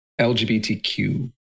LGBTQ